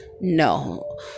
No